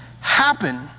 happen